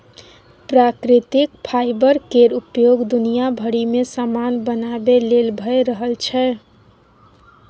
प्राकृतिक फाईबर केर उपयोग दुनिया भरि मे समान बनाबे लेल भए रहल छै